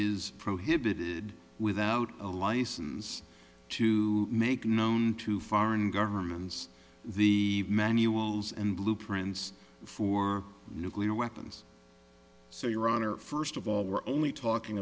is prohibited without a license to make known to foreign governments the manuals and blueprints for nuclear weapons so your honor first of all we're only talking